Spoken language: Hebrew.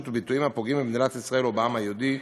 וביטויים הפוגעים במדינת ישראל או בעם היהודי,